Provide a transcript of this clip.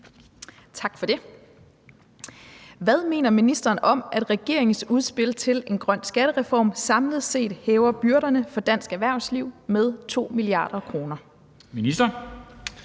Tak for det. Hvad mener ministeren om, at regeringens udspil til en grøn skattereform samlet set hæver byrderne for dansk erhvervsliv med 2 mia. kr.? Kl.